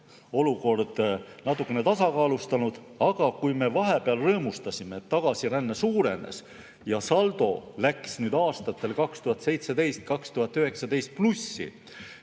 olukord natukene tasakaalustunud, aga kui me vahepeal rõõmustasime, et tagasiränne suurenes ja saldo läks aastatel 2017–2019 plussi,